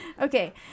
Okay